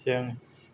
जों